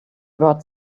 brought